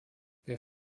wir